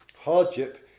Hardship